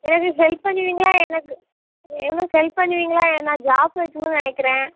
எனக்கு ஹெல்ப் பண்ணுவீங்களா எனக்கு எனக்கு ஹெல்ப் பண்ணுவீங்களா ஏன்னால் ஜாப் வைக்கணும்னு நினைக்கறேன்